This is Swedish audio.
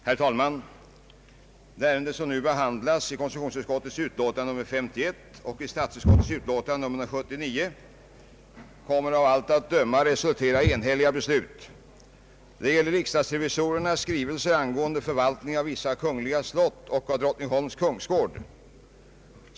Herr talman! Det ärende som behandlas i konstitutionsutskottets utlåtande nr 51 och i statsutskottets utlåtande nr 179 kommer av allt att döma att resultera i enhälliga beslut. Det gäller riksdagsrevisorernas skrivelse angående förvaltningen av vissa kungliga slott och av Drottningholms kungsgård.